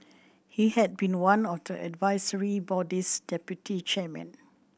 he had been one of the advisory body's deputy chairmen